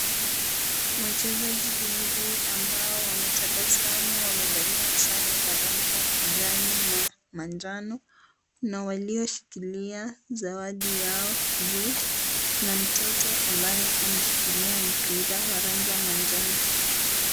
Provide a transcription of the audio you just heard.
Wachezaji wengine ambao wametabasamu wamevalia sare za rangi ya kijani na manjano na walioshikilia sawadi yao juu Kuna mtoto ambaye ameshikilia mpira wa rangi ya manjano.